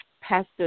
Pastor